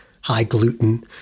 high-gluten